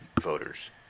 voters